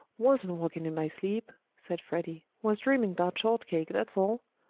wasn't walking in my sleep, said freddie. was dreaming about shortcake, that's all.